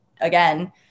again